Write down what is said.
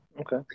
Okay